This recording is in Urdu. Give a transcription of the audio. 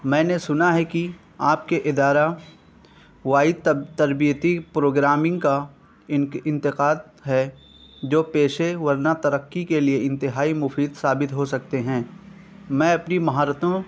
میں نے سنا ہے کہ آپ کے ادارہ وائی تب تربیتی پروگرامنگ کا انتقاد ہے جو پیشے ورنہ ترقی کے لیے انتہائی مفید ثابت ہو سکتے ہیں میں اپنی مہارتوں